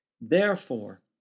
Therefore